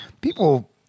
people